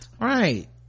right